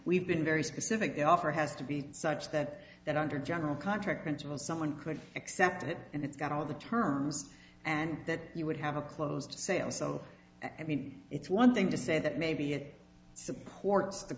we've been very specific the offer has to be such that that under general contract until someone could accept it and it's got all of the terms and that he would have closed the sale so i mean it's one thing to say that maybe it supports the